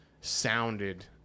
sounded